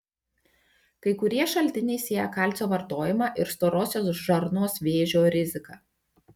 kai kurie šaltiniai sieja kalcio vartojimą ir storosios žarnos vėžio riziką